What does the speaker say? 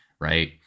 right